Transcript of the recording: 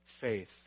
faith